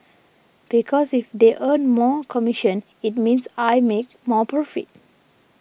because if they earn more commission it means I make more profit